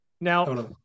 Now